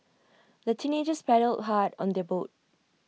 the teenagers paddled hard on their boat